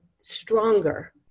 stronger